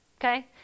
Okay